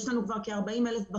יש לנו כ-40,000 אלף בחוץ.